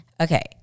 Okay